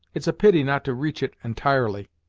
it's a pity not to reach it entirely.